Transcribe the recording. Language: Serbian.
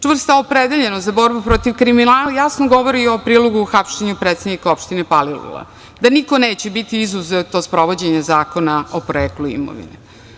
Čvrsta opredeljenost za borbu protiv kriminala jasno govori i o prilogu hapšenja predsednika opštine Palilula, da niko neće biti izuzet od sprovođenja zakona o poreklu imovine.